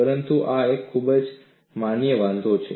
પરંતુ આ એક ખૂબ જ માન્ય વાંધો છે